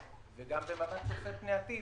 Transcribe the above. ובמבט צופה פני עתיד,